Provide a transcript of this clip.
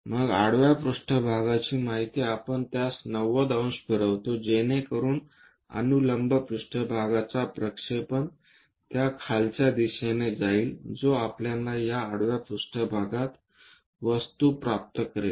मग आडवा पृष्ठभागाची माहिती आपण त्यास 90 अंश फिरवितो जेणेकरून अनुलंब पृष्ठभागाचा प्रक्षेपण त्या खालच्या दिशेने जाईल जो आपल्याला या आडवा पृष्ठभागात वस्तू प्राप्त करेल